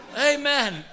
Amen